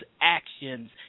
actions